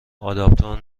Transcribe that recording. آداپتور